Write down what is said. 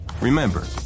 Remember